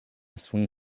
swing